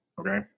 okay